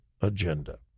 agenda